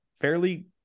fairly